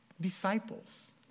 disciples